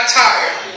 tired